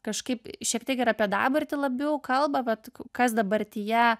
kažkaip šiek tiek ir apie dabartį labiau kalba bet kas dabartyje